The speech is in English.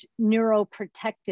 neuroprotective